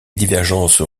divergences